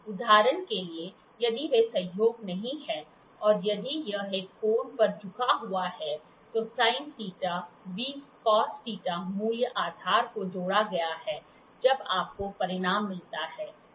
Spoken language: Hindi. उदाहरण के लिए यदि वे सहयोग नहीं हैं और यदि यह एक कोण पर झुका हुआ है तो sin θ∨cos θ मूल्य आधार को जोड़ा गया है जब आपको परिणाम मिलता है